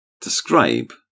describe